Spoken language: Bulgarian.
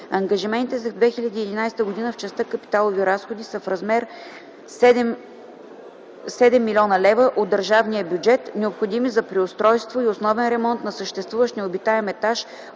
Ангажиментите за 2011 г. в частта капиталови разходи са в размер 7 млн. лв. от държавния бюджет, необходими за преустройство и основен ремонт на съществуващ необитаем етаж